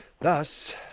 Thus